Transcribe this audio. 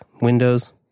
Windows